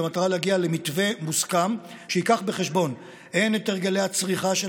במטרה להגיע למתווה מוסכם שיביא בחשבון הן את הרגלי הצריכה של